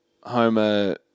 Homer